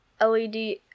LED